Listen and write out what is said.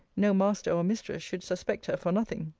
no master or mistress should suspect her for nothing.